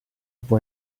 può